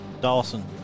Dawson